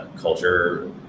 culture